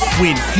win